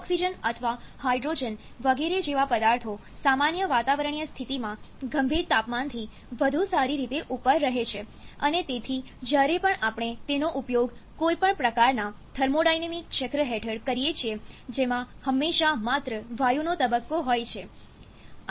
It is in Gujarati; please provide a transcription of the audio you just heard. ઓક્સિજન અથવા હાઇડ્રોજન વગેરે જેવા પદાર્થો સામાન્ય વાતાવરણીય સ્થિતિમાં ગંભીર તાપમાનથી વધુ સારી રીતે ઉપર રહે છે અને તેથી જ્યારે પણ આપણે તેનો ઉપયોગ કોઈપણ પ્રકારના થર્મોડાયનેમિક ચક્ર હેઠળ કરીએ છીએ જેમાં હંમેશા માત્ર વાયુનો તબક્કો હોય છે